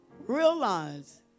realize